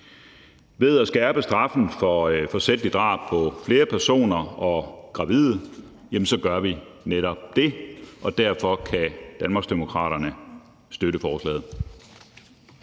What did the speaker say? Ved at skærpe straffen for forsætligt drab på flere personer og gravide gør vi netop det, og derfor kan Danmarksdemokraterne støtte forslaget.